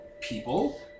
people